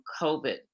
COVID